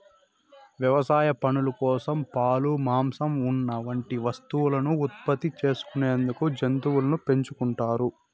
వ్యవసాయ పనుల కోసం, పాలు, మాంసం, ఉన్ని వంటి వస్తువులను ఉత్పత్తి చేసుకునేందుకు జంతువులను పెంచుకుంటారు